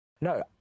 no